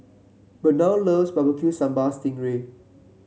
Burnell loves Barbecue Sambal Sting Ray